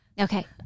Okay